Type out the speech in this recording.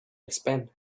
expand